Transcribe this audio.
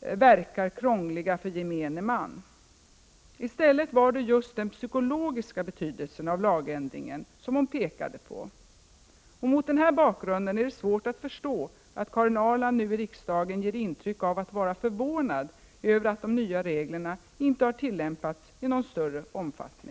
verkar krångliga för gemene man”. I stället var det just den psykologiska betydelsen av lagändringen som hon pekade på. Mot den här bakgrunden är det svårt att förstå att Karin Ahrland nu i riksdagen ger intryck av att vara förvånad över att de nya reglerna inte har tillämpats i någon större omfattning.